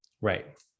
Right